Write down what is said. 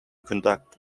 conduct